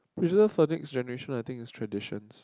preserved for next generation I think it's traditions